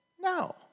No